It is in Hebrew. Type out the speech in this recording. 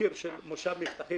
מזכיר של מושב מבטחים.